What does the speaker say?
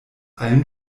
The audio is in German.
allen